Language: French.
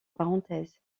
parenthèses